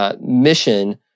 Mission